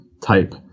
type